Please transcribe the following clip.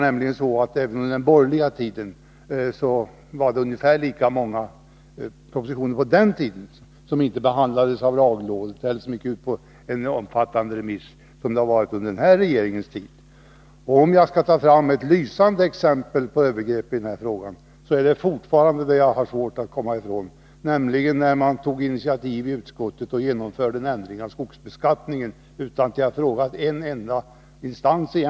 Under den borgerliga tiden var det ungefär lika många propositioner som under denna regerings tid som inte behandlades av lagrådet eller som inte gick ut på en omfattande remiss. Ett lysande exempel på övergrepp i detta avseende är fortfarande det fall som jag har svårt att komma ifrån, nämligen då utskottet tog initiativ och genomförde en ändring av skogsbeskattningen utan att egentligen ha frågat en enda instans.